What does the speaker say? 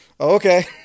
okay